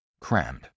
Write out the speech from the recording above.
Crammed